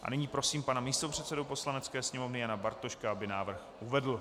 A nyní prosím pana místopředsedu Poslanecké sněmovny Jana Bartoška, aby návrh uvedl.